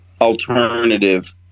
alternative